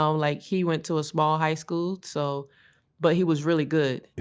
um like he went to a small high school, so but he was really good.